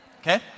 okay